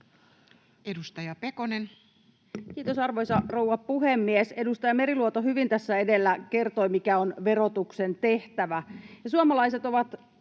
16:05 Content: Kiitos, arvoisa rouva puhemies! Edustaja Meriluoto hyvin tässä edellä kertoi, mikä on verotuksen tehtävä, ja suomalaiset ovat